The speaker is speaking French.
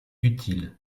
utile